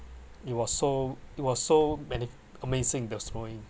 it was so it was so ama~ amazing the snowing